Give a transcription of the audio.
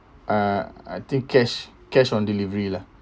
uh I think cash cash on delivery lah